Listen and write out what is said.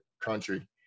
country